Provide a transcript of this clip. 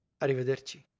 Arrivederci